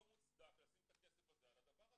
לא מוצדק לשים את הכסף על הדבר הזה.